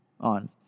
on